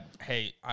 Hey